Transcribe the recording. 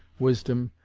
wisdom,